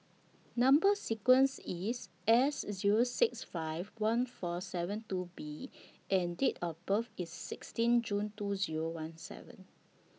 Number sequence IS S Zero six five one four seven two B and Date of birth IS sixteen June two Zero one seven